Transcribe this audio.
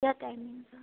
क्या timing sir